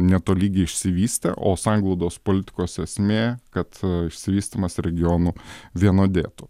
netolygiai išsivystę o sanglaudos politikos esmė kad išsivystymas regionų vienodėtų